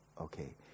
Okay